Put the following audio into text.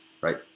right